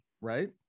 right